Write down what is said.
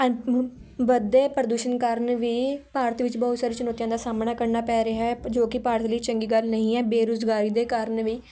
ਵੱਧਦੇ ਪ੍ਰਦੂਸ਼ਣ ਕਾਰਨ ਵੀ ਭਾਰਤ ਵਿੱਚ ਬਹੁਤ ਸਾਰੀਆਂ ਚੁਣੌਤੀਆਂ ਦਾ ਸਾਹਮਣਾ ਕਰਨਾ ਪੈ ਰਿਹਾ ਜੋ ਕਿ ਭਾਰਤ ਦੇ ਲਈ ਚੰਗੀ ਗੱਲ ਨਹੀਂ ਹੈ ਬੇਰੁਜ਼ਗਾਰੀ ਦੇ ਕਾਰਨ ਵੀ